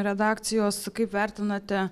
redakcijos kaip vertinate